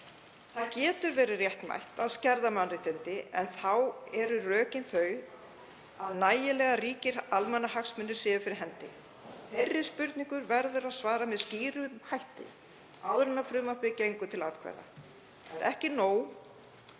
Það getur verið réttmætt að skerða mannréttindi en þá eru rökin þau að nægilega ríkir almannahagsmunir séu fyrir hendi. Þeirri spurningu verður að svara með skýrum hætti áður en frumvarpið gengur til atkvæða. Ekki er nóg